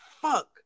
fuck